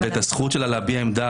אני חושבת שזה כולל הכול.